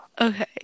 okay